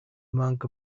monk